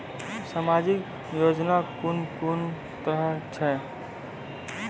समाजिक योजना कून कून तरहक छै?